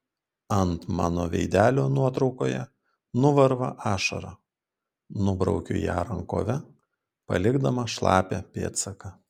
ant mano veidelio nuotraukoje nuvarva ašara nubraukiu ją rankove palikdama šlapią pėdsaką